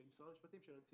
של משרד המשפטים, של הנציבות.